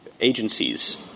agencies